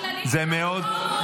זה מאוד --- הכללים של המקום,